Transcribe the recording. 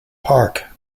park